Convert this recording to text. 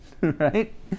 Right